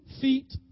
feet